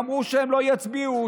אמרו שהם לא יצביעו,